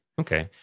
Okay